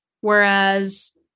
Whereas